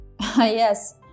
Yes